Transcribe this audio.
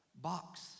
box